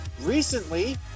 recently